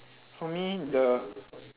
for me the